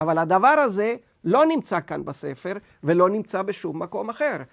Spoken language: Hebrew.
אבל הדבר הזה לא נמצא כאן בספר ולא נמצא בשום מקום אחר.